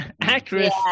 Actress